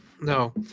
No